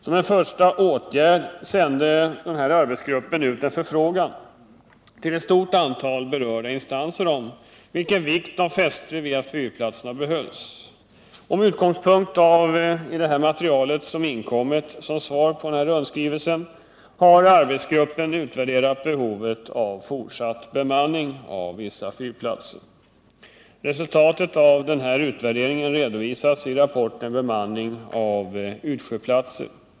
Som en första åtgärd sände arbetsgruppen ut en förfrågan till ett stort antal berörda instanser om vilken vikt de fäste vid att fyrplatserna behölls. Med utgångspunkt i det material som inkommit som svar på denna rundskrivelse har arbetsgruppen utvärderat behovet av fortsatt bemanning av vissa fyrplatser. Resultatet av utvärderingen redovisas i rapporten ”Bemanning av utsjöplatser.